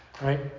right